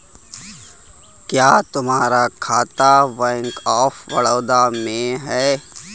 क्या तुम्हारा खाता बैंक ऑफ बड़ौदा में है?